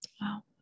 Wow